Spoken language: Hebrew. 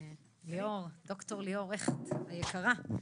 ד"ר ליאור הכט היקרה.